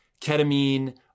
ketamine